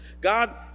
God